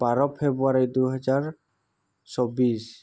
বাৰ February দুহেজাৰ চৌব্বিছ